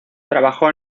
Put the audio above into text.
trabajó